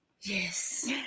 Yes